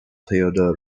theodor